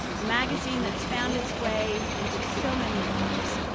a magazine that's found its way into so many lives,